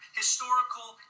historical